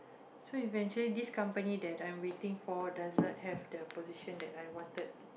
so eventually this company that I'm waiting for doesn't have the position that I wanted